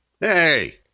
hey